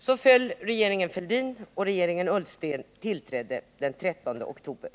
Så föll regeringen Fälldin, och regeringen Ullsten tillträdde den 13 oktober.